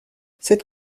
cette